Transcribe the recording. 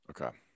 okay